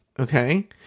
Okay